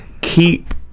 keep